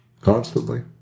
constantly